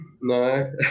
No